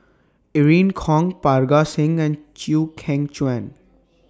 Irene Khong Parga Singh and Chew Kheng Chuan